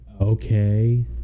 okay